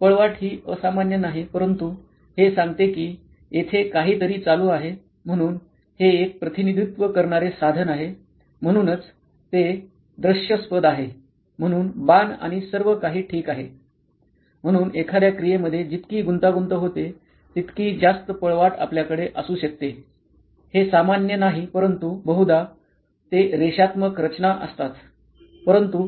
पळवाट ही असामान्य नाही परंतु हे सांगते की येथे काहीतरी चालू आहे म्हणून हे एक प्रतिनिधित्व करणारे साधन आहे म्हणूनच ते दृश्यास्पद आहे म्हणून बाण आणि सर्व काही ठीक आहे म्हणून एखाद्या क्रियेमध्ये जितकी गुंतागुंत होते तितकी जास्त पळवाट आपल्याकडे असू शकते हे सामान्य नाही परंतु बहुधा ते रेषात्मक रचना असतात परंतु